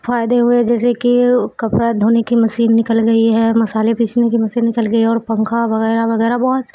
فائدے ہوئے جیسے کہ کپڑا دھونے کی مسین نکل گئی ہے مصالحے پیسنے کی مسین نکل گئی ہے اور پنکھا وغیرہ وغیرہ بہت